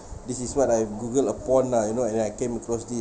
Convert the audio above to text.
this is what I've google upon lah you know and then I came across this